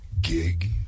gig